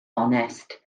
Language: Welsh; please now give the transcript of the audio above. onest